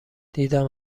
دیدم